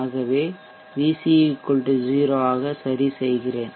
ஆகவே VC 0 ஆக சரிசெய்கிறேன்